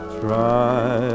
try